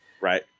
Right